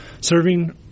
serving